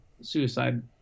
suicide